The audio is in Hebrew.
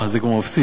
זה כבר מפציץ,